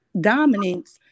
dominance